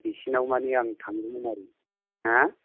बिसोरनाव माने आं थांगौमोन आरो हो